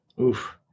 Oof